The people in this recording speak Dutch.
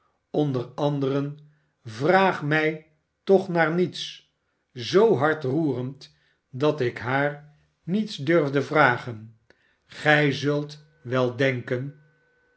onder anderen vraag mij toch naar niets zoo hartroerend dat ik haar niets durfde vragen gij zult wel denken